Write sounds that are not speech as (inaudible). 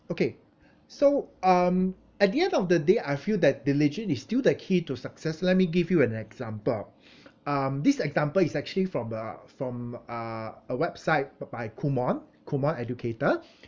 okay (breath) so um at the end of the day I feel that diligent is still the key to success let me give you an example (breath) um this example is actually from the uh from uh a website uh by Kumon Kumon educator (breath)